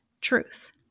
truth